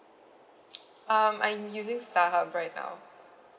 um I'm using Starhub right now